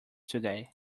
today